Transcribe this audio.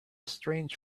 strange